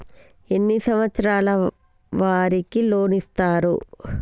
ఎన్ని సంవత్సరాల వారికి లోన్ ఇస్తరు?